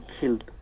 killed